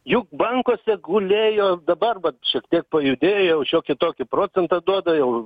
juk bankuose gulėjo dabar vat šiek tiek pajudėjo jau šiokį tokį procentą duoda jau